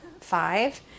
five